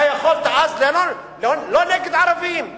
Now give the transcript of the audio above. אתה יכולת אז לומר: זה לא נגד ערבים,